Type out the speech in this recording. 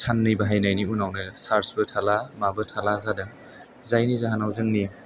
साननै बाहायनायनि उनावनो सार्जबो थाला माबो थाला जादों जायनि जाहोनाव जोंनि